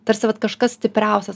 tarsi vat kažkas stipriausias